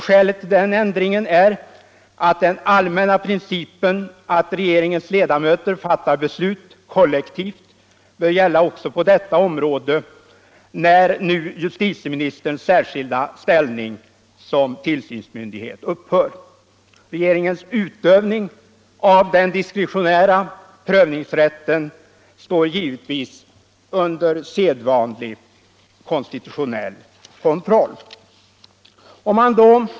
Skälet till denna ändring är att den allmänna principen att regeringens ledamöter fattar beslut kollektivt bör gälla också på detta område när nu justitieministerns särskilda ställning som tillsynsmyndighet upphör. Regeringens utövning av den diskretionära prövningsrätten står givetvis under sedvanlig konstitutionell kontroll.